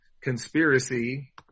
conspiracy